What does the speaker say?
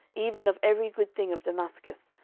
even of every good thing of damascus,